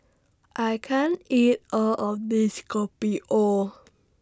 I can't eat All of This Kopi O